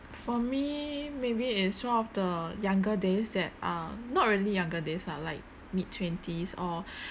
for me maybe it's one of the younger days that uh not really younger days lah like mid twenties or